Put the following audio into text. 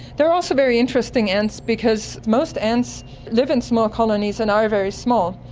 they are also very interesting ants because most ants live in small colonies and are very small.